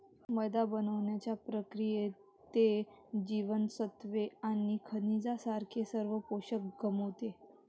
मैदा बनवण्याच्या प्रक्रियेत, ते जीवनसत्त्वे आणि खनिजांसारखे सर्व पोषक गमावते